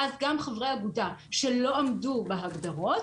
ואז גם חברי אגודה שלא עמדו בהגדרות